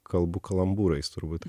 kalbu kalambūrais turbūt